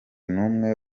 n’umwe